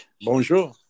Bonjour